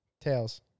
Tails